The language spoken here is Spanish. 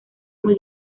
muy